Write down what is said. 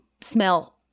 smell